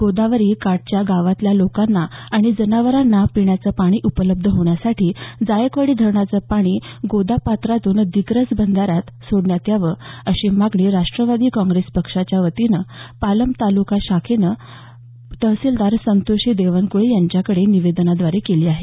गोदावरी काठच्या गावांतल्या लोकांना आणि जनावरांना पिण्याचं पाणी उपलब्ध होण्यासाठी जायकवाडी धरणाचं पाणी गोदापात्रातून दिग्रस बंधाऱ्यात सोडण्यात यावं अशी मागणी राष्ट्रवादी काँग्रेस पक्षाच्या पालम तालुका शाखेनं तहसीलदार संतोषी देवकुळे यांच्याकडे निवेदनाद्वारे केली आहे